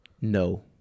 No